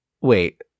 Wait